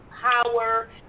power